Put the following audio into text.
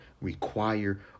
require